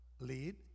lead